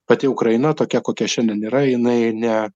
pati ukraina tokia kokia šiandien yra jinai ne